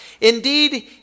Indeed